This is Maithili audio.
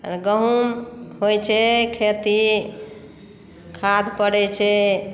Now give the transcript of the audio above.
गहूँम होइ छै खेती खाद पड़ै छै